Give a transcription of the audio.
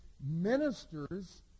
ministers